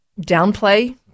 downplay